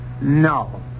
no